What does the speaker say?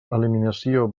eliminació